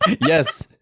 Yes